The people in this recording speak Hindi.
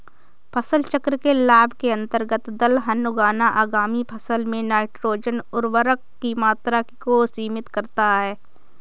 फसल चक्र के लाभ के अंतर्गत दलहन उगाना आगामी फसल में नाइट्रोजन उर्वरक की मात्रा को सीमित करता है